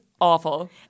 awful